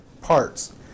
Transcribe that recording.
parts